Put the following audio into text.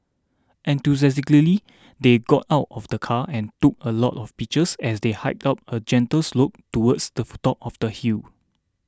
enthusiastically they got out of the car and took a lot of pictures as they hiked up a gentle slope towards the for top of the hill